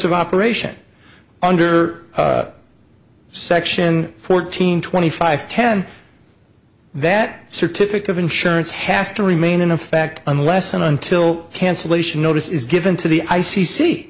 of operation under section fourteen twenty five ten that certificate of insurance has to remain in effect unless and until cancellation notice is given to the i